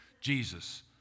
Jesus